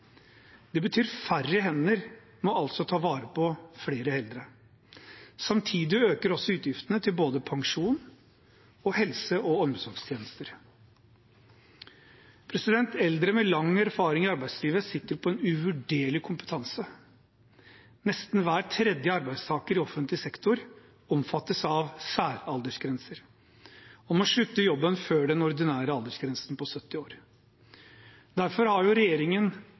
Det betyr at færre hender må ta vare på flere eldre. Samtidig øker også utgiftene til både pensjon og helse- og omsorgstjenester. Eldre med lang erfaring i arbeidslivet sitter på en uvurderlig kompetanse. Nesten hver tredje arbeidstaker i offentlig sektor omfattes av særaldersgrenser og må slutte i jobben før den ordinære aldersgrensen på 70 år. Derfor har regjeringen